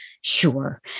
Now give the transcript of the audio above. sure